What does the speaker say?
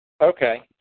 Okay